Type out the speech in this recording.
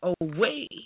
away